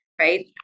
right